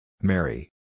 Mary